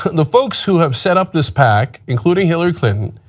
but and the folks who have set up this pack, including hillary clinton,